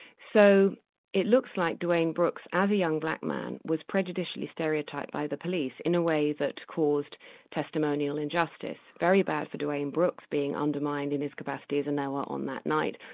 so it looks like dwayne brooks as a young black man, was prejudiciously stereotyped by the police n a way that caused testimonial injustice. very bad for dwayne brooks being undermined in his capacity as a knower on that night.